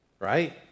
right